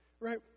right